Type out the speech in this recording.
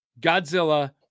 Godzilla